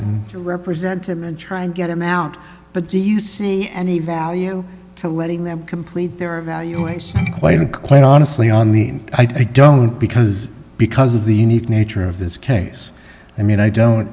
and represent him and try and get him out but do you see any value to letting them complete their evaluation quite and quite honestly on the i don't because because of the unique nature of this case i mean i don't